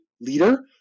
leader